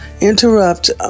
interrupt